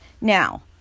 Now